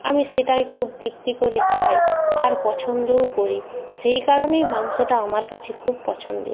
আমি সেটাই খুব তৃপ্তি করে খাই আর পছন্দও করি সেই কারণেই মাংসটা আমার কাছে খুব পছন্দের